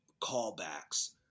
callbacks